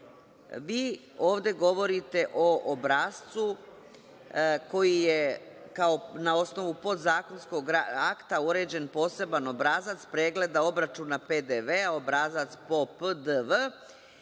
ovde govorite o obrascu koji je, kao na osnovu podzakonskog akta uređen poseban obrazac pregleda obračuna PDV-a, obrazac PO PDV